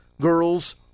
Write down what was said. girls